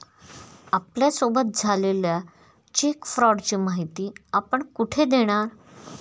आपल्यासोबत झालेल्या चेक फ्रॉडची माहिती आपण कुठे देणार?